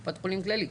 קופת חולים "כללית".